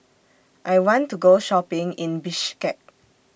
I want to Go Shopping in Bishkek